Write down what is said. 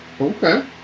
Okay